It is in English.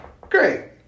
great